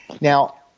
Now